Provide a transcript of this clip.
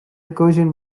recursion